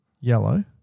yellow